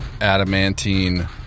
adamantine